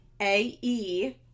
A-E